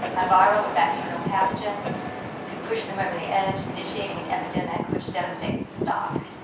a viral or bacterial pathogen could push them over the edge, initiating an epidemic which devastates the stock.